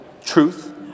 truth